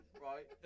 right